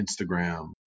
Instagram